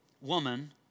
woman